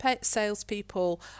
salespeople